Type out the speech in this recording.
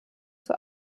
zur